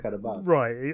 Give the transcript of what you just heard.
right